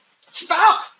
Stop